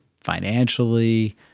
financially